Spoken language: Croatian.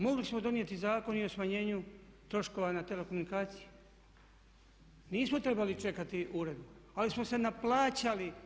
Mogli smo donijeti i Zakon o smanjenju troškova na telekomunikacije, nismo trebali čekati uredbu ali smo se naplaćali.